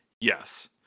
Yes